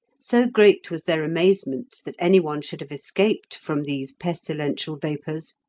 so great was their amazement that any one should have escaped from these pestilential vapours,